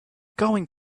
going